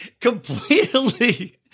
completely